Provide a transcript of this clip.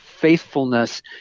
faithfulness